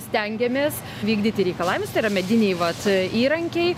stengiamės vykdyti reikalavimus tai yra mediniai vat įrankiai